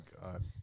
god